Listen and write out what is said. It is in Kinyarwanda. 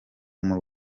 muri